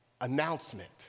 Announcement